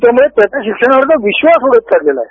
त्यामुळे त्यांचा शिक्षणावरचा विश्वास उडत चाललेला आहे